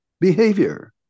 behavior